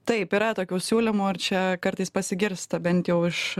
taip yra tokių siūlymų ar čia kartais pasigirsta bent jau iš